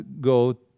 go